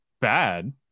bad